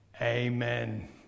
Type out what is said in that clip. amen